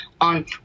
on